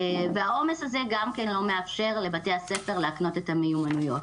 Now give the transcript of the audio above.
והעומס הזה גם לא מאפשר לבתי הספר להקנות את המיומנויות.